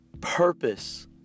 purpose